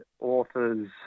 authors